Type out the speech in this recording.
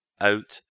out